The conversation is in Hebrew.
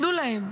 תנו להם.